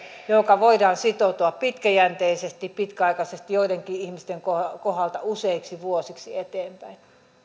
johonka voidaan sitoutua pitkäjänteisesti pitkäaikaisesti joidenkin ihmisten kohdalla kohdalla useiksi vuosiksi eteenpäin